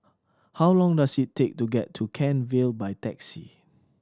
how long does it take to get to Kent Vale by taxi